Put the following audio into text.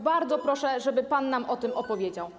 Bardzo proszę, żeby pan nam o tym opowiedział.